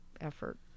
effort